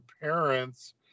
parents